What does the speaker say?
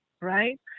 right